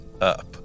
up